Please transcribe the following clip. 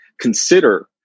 consider